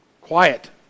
Quiet